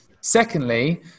Secondly